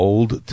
Old